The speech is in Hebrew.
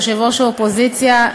יושב-ראש האופוזיציה,